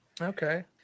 Okay